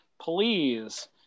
please